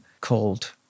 called